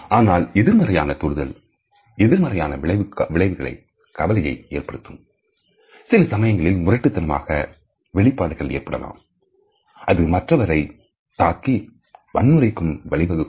ஆனால் எதிர்மறையான தொடுதல் எதிர்மறையான விளைவுகளான கவலையை ஏற்படுத்தும் சில சமயங்களில் முரட்டுத்தனமான வெளிப்பாடுகள் ஏற்படலாம் அது மற்றவரை தாக்கி வன்முறைக்கும் வழிவகுக்கும்